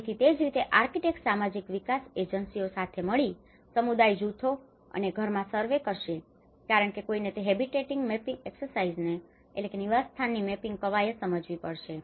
તેથી તે જ રીતે આર્કિટેક્ટ્સ સામાજિક વિકાસ એજન્સીઓ સાથે મળીને સમુદાય જૂથો અને ઘરમાં સર્વે કરશે કારણ કે કોઈને તે હેબીટેટ મેપિંગ એક્સસરસાઈઝને habitat mapping exercise નિવાસસ્થાનની મેપિંગ કવાયત સમજવી પડશે